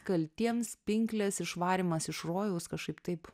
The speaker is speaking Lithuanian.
kaltiems pinklės išvarymas iš rojaus kažkaip taip